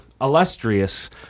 illustrious